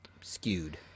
skewed